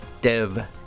Dev